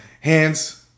hands